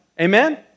Amen